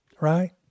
Right